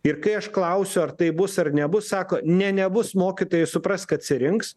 ir kai aš klausiu ar taip bus ar nebus sako ne nebus mokytojai suprask atsirinks